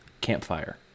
campfire